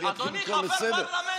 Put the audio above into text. שאני אקרא אותך לסדר?